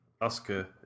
Oscar